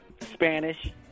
Spanish